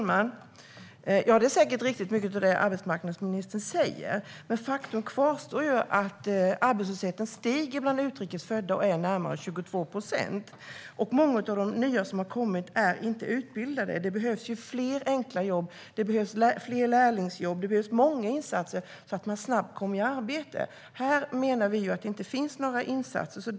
Herr talman! Mycket av det som arbetsmarknadsministern säger är säkert riktigt. Men faktum kvarstår, nämligen att arbetslösheten stiger bland utrikes födda och är närmare 22 procent. Många av de nyanlända som har kommit är inte utbildade. Det behövs fler enkla jobb, fler lärlingsjobb och många insatser för att människor snabbt ska komma i arbete. Här menar vi att det inte finns några insatser.